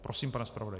Prosím, pane zpravodaji.